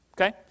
Okay